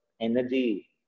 energy